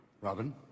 Robin